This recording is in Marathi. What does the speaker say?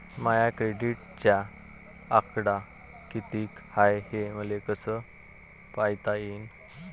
माया क्रेडिटचा आकडा कितीक हाय हे मले कस पायता येईन?